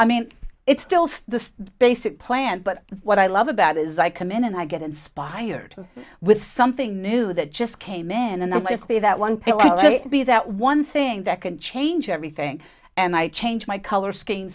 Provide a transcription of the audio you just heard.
i mean it's still the basic plan but what i love about is i come in and i get inspired with something new that just came in and then likely that one pill be that one thing that can change everything and i change my color scheme